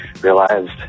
realized